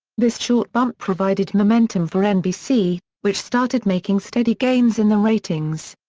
this short bump provided momentum for nbc, which started making steady gains in the ratings.